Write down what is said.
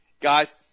Guys –